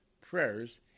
prayers